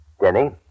Denny